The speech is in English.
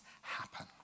happen